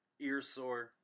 earsore